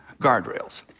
guardrails